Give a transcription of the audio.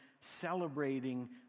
celebrating